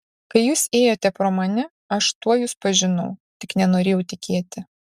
kai jūs ėjote pro mane aš tuoj jus pažinau tik nenorėjau tikėti